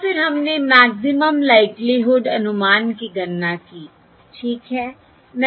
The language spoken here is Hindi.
और फिर हमने मैक्सिमम लाइक्लीहुडअनुमान की गणना की ठीक है